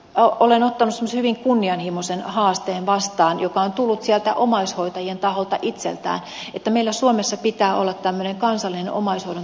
olen ottanut semmoisen hyvin kunnianhimoisen haasteen vastaan joka on tullut sieltä omaishoitajien taholta itseltään että meillä suomessa pitää olla tämmöinen kansallinen omaishoidon tuen kehittämishanke